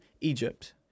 Egypt